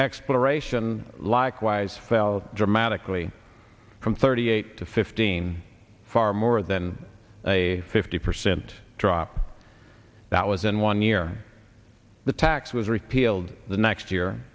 exploration likewise fell dramatically from thirty eight to fifteen far more than a fifty percent drop that was in one year the tax was repealed the next year